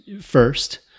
first